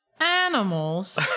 animals